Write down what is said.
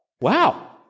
Wow